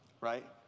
right